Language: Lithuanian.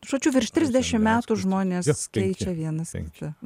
žodžiu virš trisdešimt metų žmonės keičia vienas kitą